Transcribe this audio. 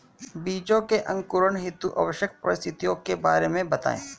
बीजों के अंकुरण हेतु आवश्यक परिस्थितियों के बारे में बताइए